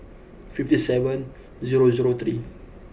fifty seven zero zero three